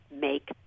make